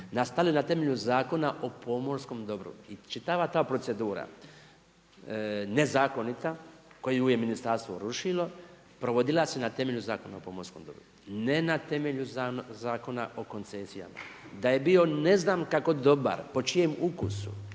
nastali na temelju Zakona o pomorskom dobru. I čitava ta procedura nezakonita koju je ministarstvo rušilo provodila na temelju Zakona o pomorskom dobru, ne na temelju Zakona o koncesijama. Da je bio ne znam kako dobar, po čijem ukusu